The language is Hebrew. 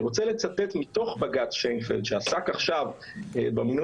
רוצה לצטט מתוך בג"צ שיינפלד שעסק עכשיו במינוי